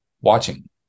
watching